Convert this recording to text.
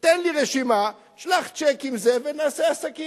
תן לי רשימה, שלח צ'ק עם זה ונעשה עסקים.